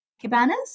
Cabanas